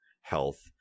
health